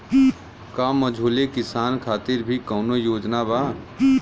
का मझोले किसान खातिर भी कौनो योजना बा?